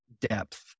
depth